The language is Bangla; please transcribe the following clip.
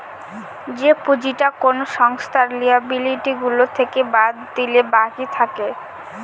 যে পুঁজিটা কোনো সংস্থার লিয়াবিলিটি গুলো থেকে বাদ দিলে বাকি থাকে